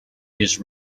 his